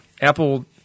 Apple